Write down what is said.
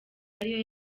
ariyo